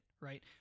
right